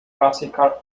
classical